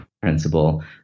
principle